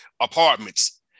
apartments